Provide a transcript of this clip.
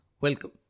Welcome